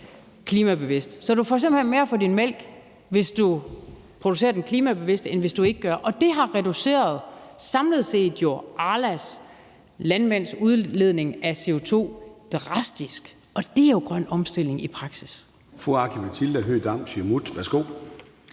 klimabevidst. Så du får simpelt hen mere for din mælk, hvis du producerer den klimabevidst, end hvis du ikke gør, og det har samlet set reduceret Arlas landmænds udledning af CO2 drastisk. Det er jo grøn omstilling i praksis.